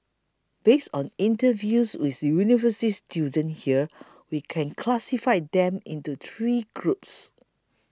based on interviews with university students here we can classify them into three groups